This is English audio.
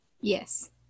Yes